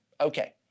Okay